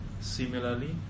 Similarly